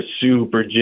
super